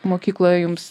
mokykloje jums